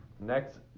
next